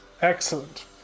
Excellent